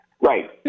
Right